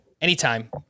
anytime